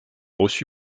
reçu